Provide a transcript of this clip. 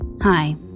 Hi